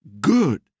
good